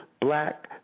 black